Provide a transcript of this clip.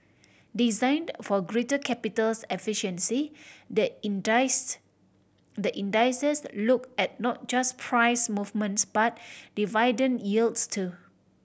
designed for greater capitals efficiency the indice the indices look at not just price movements but dividend yields too